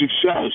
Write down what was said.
success